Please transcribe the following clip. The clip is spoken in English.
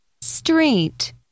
street